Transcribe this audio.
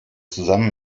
zusammen